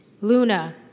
Luna